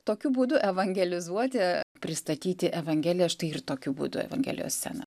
tokiu būdu evangelizuoti pristatyti evangeliją štai ir tokiu būdu evangelijos sceną